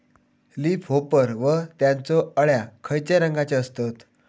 Leaf hopper व त्यानचो अळ्या खैचे रंगाचे असतत?